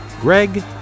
Greg